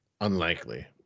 unlikely